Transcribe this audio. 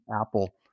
Apple